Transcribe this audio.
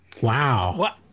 Wow